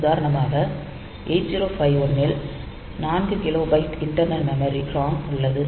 உதாரணமாக 8051 இல் 4 kilo byte internal memory ROM உள்ளது